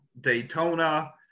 Daytona